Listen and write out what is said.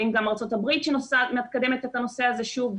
ואם גם ארה"ב שמקדמת את הנושא הזה שוב,